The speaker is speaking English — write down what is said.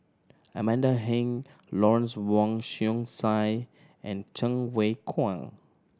Amanda Heng Lawrence Wong Shyun Tsai and Cheng Wai Keung